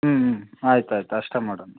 ಹ್ಞೂ ಹ್ಞೂ ಆಯ್ತು ಆಯ್ತು ಅಷ್ಟೇ ಮಾಡೋಣ